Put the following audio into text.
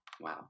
Wow